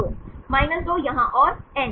2 यहाँ और एन